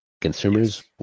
Consumers